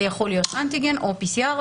זה יכול להיות אנטיגן או PCR,